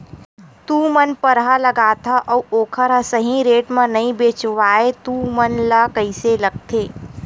तू मन परहा लगाथव अउ ओखर हा सही रेट मा नई बेचवाए तू मन ला कइसे लगथे?